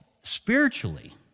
spiritually